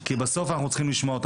כי בסוף אנחנו צריכים לשמוע אותם.